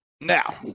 Now